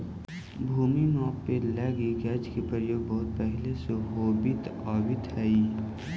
भूमि मापे लगी गज के प्रयोग बहुत पहिले से होवित आवित हइ